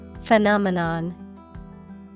Phenomenon